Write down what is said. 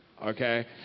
okay